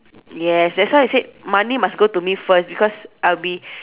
yes that's why I said money must go to me first because I'll be